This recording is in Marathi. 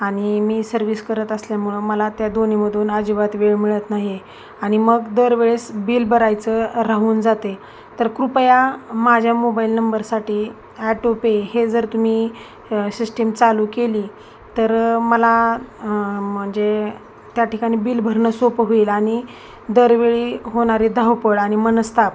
आणि मी सर्विस करत असल्यामुळं मला त्या दोन्हीमधून अजिबात वेळ मिळत नाही आणि मग दरवेळेस बिल भरायचं राहून जाते तर कृपया माझ्या मोबाईल नंबरसाठी आटो पे हे जर तुम्ही सिस्टीम चालू केली तर मला म्हणजे त्या ठिकाणी बिल भरणं सोपं होईल आणि दरवेळी होणारी धावपळ आणि मनस्ताप